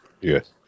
Yes